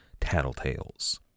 tattletales